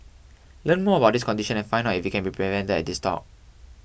learn more about this condition and find out if it can be prevented at this talk